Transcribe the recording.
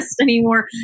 anymore